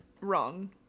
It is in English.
wrong